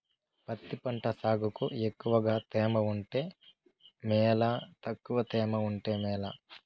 పత్తి పంట సాగుకు ఎక్కువగా తేమ ఉంటే మేలా తక్కువ తేమ ఉంటే మేలా?